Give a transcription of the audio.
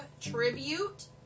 tribute